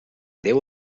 déu